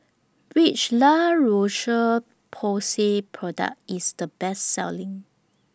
Which La Roche Porsay Product IS The Best Selling